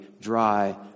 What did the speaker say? dry